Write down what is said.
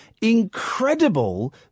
incredible